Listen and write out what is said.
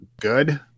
good